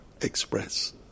express